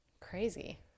Crazy